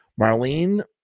Marlene